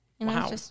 Wow